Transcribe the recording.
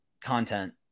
content